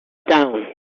town